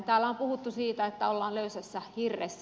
täällä on puhuttu siitä että ollaan löysässä hirressä